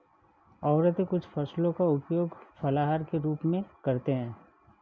औरतें कुछ फसलों का उपयोग फलाहार के रूप में करते हैं